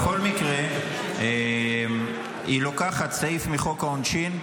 בכל מקרה, היא לוקחת סעיף מחוק העונשין,